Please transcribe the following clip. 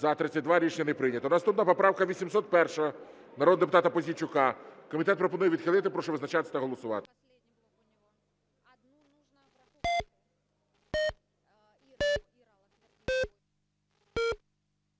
За-32 Рішення не прийнято. Наступна поправка 801 народного депутата Пузійчука. Комітет пропонує відхилити. Прошу визначатись та голосувати.